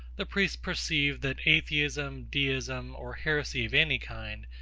the priests perceived, that atheism, deism, or heresy of any kind,